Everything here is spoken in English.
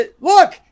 Look